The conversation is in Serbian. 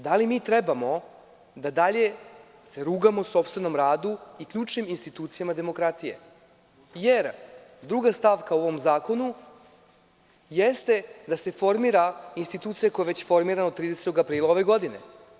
Da li mi trebamo da dalje se rugamo sopstvenom radu i ključnim institucijama demokratije, jer druga stavka u ovom zakonu jeste da se formira institucija koja je već formirana 30. aprila ove godine.